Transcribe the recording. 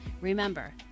Remember